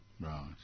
Right